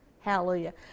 Hallelujah